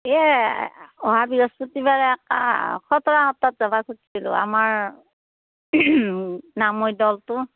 এই অহা বৃহস্পতিবাৰে আকা খটৰা সত্ৰত যাব খুজছিলোঁ আমাৰ নামৈৰ দলটো